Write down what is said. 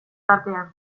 tartean